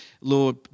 Lord